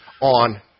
on